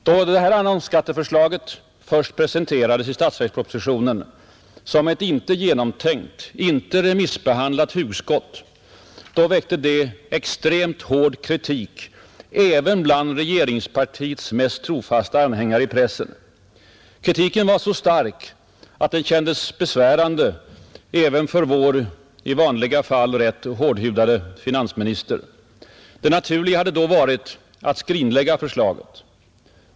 Då detta annonsskatteförslag först presenterades i statsverkspropositionen — som ett icke genomtänkt, icke remissbehandlat hugskott — väckte det extremt hård kritik även bland regeringspartiets mest trofasta anhängare i pressen, Kritiken var så stark att den kändes besvärande även för vår i vanliga fall rätt hårdhudade finansminister. Det naturliga hade då varit att skrinlägga förslaget.